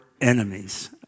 enemies